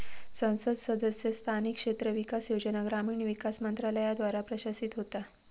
संसद सदस्य स्थानिक क्षेत्र विकास योजना ग्रामीण विकास मंत्रालयाद्वारा प्रशासित होता